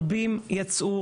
רבים יצאו